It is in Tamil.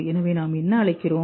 எனவே நாம் என்ன அழைக்கிறோம்